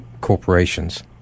corporations